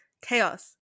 chaos